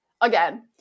Again